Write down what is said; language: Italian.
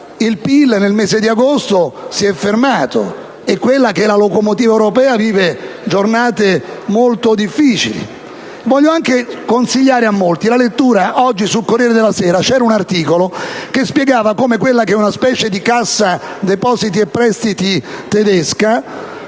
il PIL nel mese di agosto si è fermato e quella che era la locomotiva europea vive giornate molto difficili. Voglio anche consigliare a molti la lettura di un articolo pubblicato oggi sul «Corriere della Sera», che spiega come quella che è una specie di Cassa depositi e prestiti tedesca